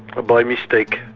by mistake.